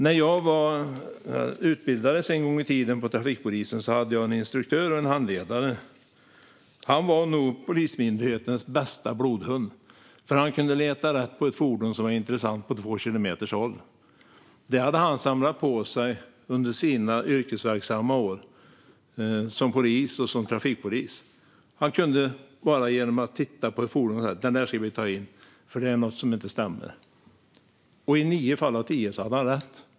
När jag utbildades en gång i tiden hos trafikpolisen hade jag en instruktör och handledare. Han var nog Polismyndighetens bästa blodhund. Han kunde leta rätt på fordon som var intressant på två kilometers avstånd. Denna erfarenhet hade han samlat på sig under sina yrkesverksamma år som polis och som trafikpolis. Bara genom att titta på ett fordon kunde han säga att man skulle ta in det för att det var något som inte stämde. Och i nio fall av tio hade han rätt.